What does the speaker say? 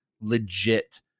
legit